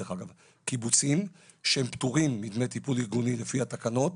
דרך אגב: קיבוצים שפטורים מדמי טיפול ארגוני לפי התקנות,